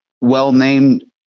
well-named